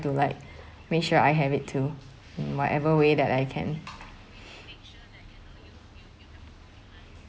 to like make sure I have it too in whatever way that I can